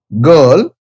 girl